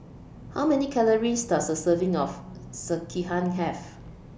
How Many Calories Does A Serving of Sekihan Have